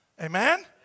Amen